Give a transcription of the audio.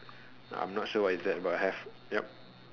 I'm not sure what is that but have ya